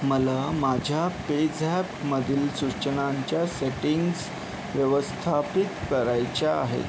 मला माझ्या पेझॅपमधील सूचनांच्या सेटिंग्ज व्यवस्थापित करायच्या आहेत